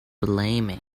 blaming